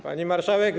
Pani Marszałek!